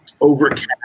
overcast